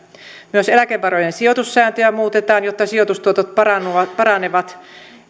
myös eläkevarojen sijoitussääntöjä muutetaan jotta sijoitustuotot paranevat paranevat